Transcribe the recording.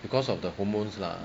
cause of the hormones lah